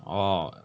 orh